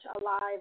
alive